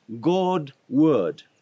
God-Word